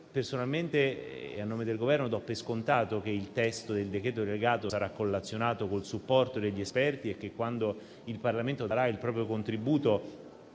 Personalmente, e a nome del Governo, do per scontato che il testo del decreto delegato sarà collazionato col supporto degli esperti e che, quando il Parlamento darà il proprio contributo